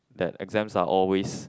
that exams are always